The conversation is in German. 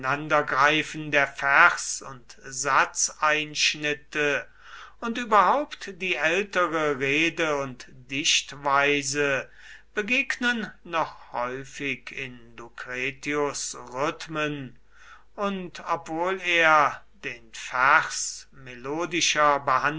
nichtineinandergreifen der vers und satzeinschnitte und überhaupt die ältere rede und dichtweise begegnen noch häufig in lucretius rhythmen und obwohl er den